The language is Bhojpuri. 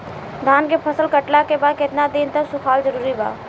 धान के फसल कटला के बाद केतना दिन तक सुखावल जरूरी बा?